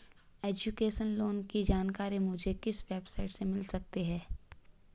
Education loan की जानकारी मुझे किस वेबसाइट से मिल सकती है?